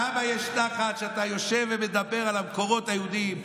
לאבא יש נחת שאתה יושב ומדבר על המקורות היהודיים,